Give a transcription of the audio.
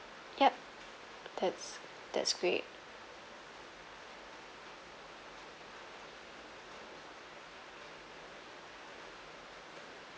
yup that's that's great